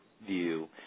view